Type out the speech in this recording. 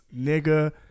nigga